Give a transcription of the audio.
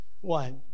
one